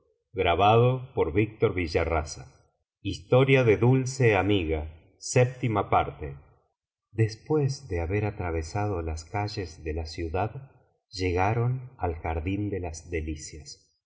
precaución de disfrazarse de mercaderes después de haber atravesado las calles de la ciudad llegaron al jardín de las delicias